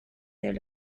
their